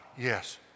yes